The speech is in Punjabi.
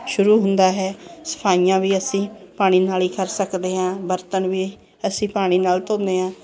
ਸ਼ੁਰੂ ਹੁੰਦਾ ਹੈ ਸਫ਼ਾਈਆਂ ਵੀ ਅਸੀਂ ਪਾਣੀ ਨਾਲ ਹੀ ਕਰ ਸਕਦੇ ਹਾਂ ਬਰਤਨ ਵੀ ਅਸੀਂ ਪਾਣੀ ਨਾਲ ਧੋਂਦੇ ਹਾਂ